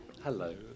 Hello